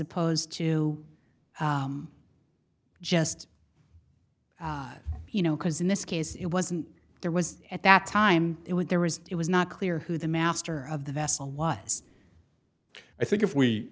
opposed to just you know because in this case it wasn't there was at that time it was there was it was not clear who the master of the vessel was i think if we